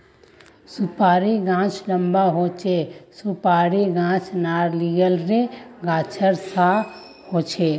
सुपारीर गाछ लंबा होचे, सुपारीर गाछ नारियालेर गाछेर सा होचे